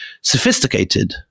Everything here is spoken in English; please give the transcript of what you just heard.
sophisticated